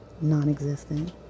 non-existent